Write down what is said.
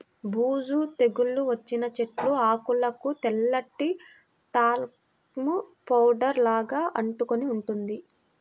బూజు తెగులు వచ్చిన చెట్టు ఆకులకు తెల్లటి టాల్కమ్ పౌడర్ లాగా అంటుకొని ఉంటుంది